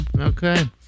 Okay